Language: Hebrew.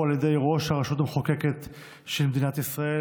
על ידי ראש הרשות המחוקקת של מדינת ישראל.